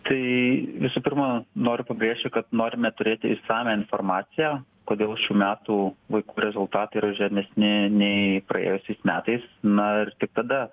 tai visų pirma noriu pabrėžti kad norime turėti išsamią informaciją kodėl šių metų vaikų rezultatai yra žemesni nei praėjusiais metais na ir tik tada